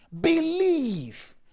believe